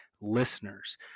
listeners